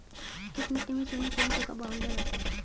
किस मिट्टी में चूने के अंशों का बाहुल्य रहता है?